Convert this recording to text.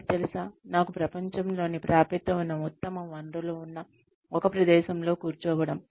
మీకు తెలుసా నాకు ప్రపంచంలోని ప్రాప్యత ఉన్న ఉత్తమ వనరులు ఉన్న ఒక ప్రదేశంలో కూర్చోవడం